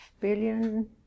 billion